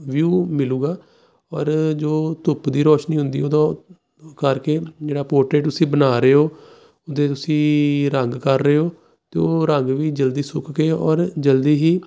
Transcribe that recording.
view ਮਿਲੂਗਾ ਔਰ ਜੋ ਧੁੱਪ ਦੀ ਰੋਸ਼ਨੀ ਹੁੰਦੀ ਉਦੋਂ ਕਰਕੇ ਜਿਹੜਾ ਪੋਰਟਰੇਟ ਤੁਸੀਂ ਬਣਾ ਰਹੇ ਹੋ ਅਤੇ ਤੁਸੀਂ ਰੰਗ ਕਰ ਰਹੇ ਹੋ ਅਤੇ ਉਹ ਰੰਗ ਵੀ ਜਲਦੀ ਸੁੱਕ ਗਏ ਔਰ ਜਲਦੀ ਹੀ